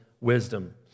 wisdom